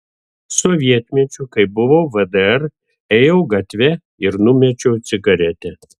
sovietmečiu kai buvau vdr ėjau gatve ir numečiau cigaretę